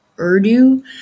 Urdu